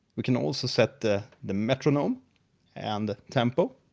we can also set the the metronome and tempo.